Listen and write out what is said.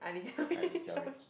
uh Li-Jia-Wei